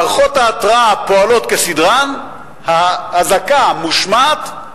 מערכות ההתרעה פועלות כסדרן, האזעקה מושמעת,